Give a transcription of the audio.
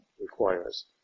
requires